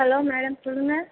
hello madam சொல்லுங்கள்